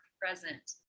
present